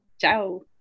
Ciao